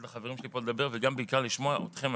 לחברים שלי פה לדבר וגם בעיקר לשמוע אתכם,